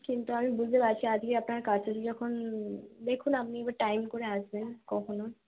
কিন্তু আমি বুঝতে পারছি আজকে আপনার কাজ যদি যখন দেখুন আপনি এবার টাইম করে আসবেন কখনও